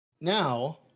now